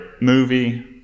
movie